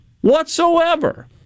whatsoever